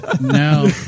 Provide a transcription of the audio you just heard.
No